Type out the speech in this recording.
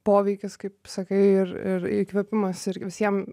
poveikis kaip sakai ir ir įkvėpimas irgi visiem